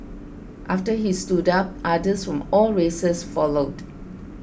after he stood up others from all races followed